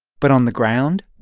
but on the ground.